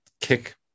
kick